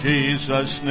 Jesus